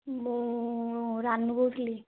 ମୁଁ ରାନୁ କହୁଥିଲି